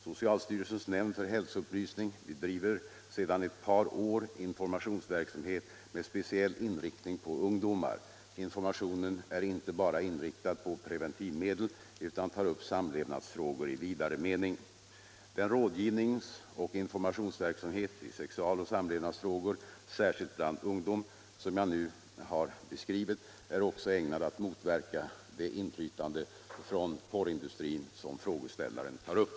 Socialstyrelsens nämnd för hälsoupplysning bedriver sedan ett par år informationsverksamhet med speciell inriktning på ungdomar. Informationen är inte bara inriktad på preventivmedel utan tar upp samlevnadsfrågor i vidare mening. Den rådgivningsoch informationsverksamhet i sexual-och samlevnadsfrågor särskilt bland ungdom som jag nu har beskrivit är också ägnad att motverka det inflytande från porrindustrin som frågeställaren tar upp.